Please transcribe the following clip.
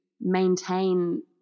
maintain